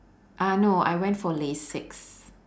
uh no I went for lasik